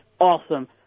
awesome